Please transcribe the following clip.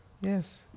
Yes